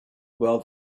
well